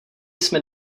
jsme